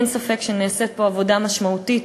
אין ספק שנעשית פה עבודה משמעותית,